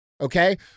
Okay